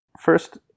First